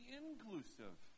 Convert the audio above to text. inclusive